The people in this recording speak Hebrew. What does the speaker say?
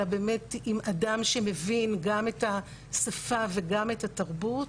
אלא באמת עם אדם שמבין גם את השפה וגם את התרבות,